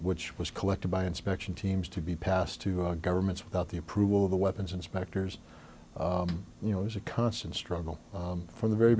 which was collected by inspection teams to be passed to our governments without the approval of the weapons inspectors you know is a constant struggle from the very